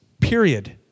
period